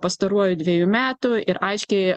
pastaruojų dvejų metų ir aiškiai